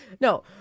no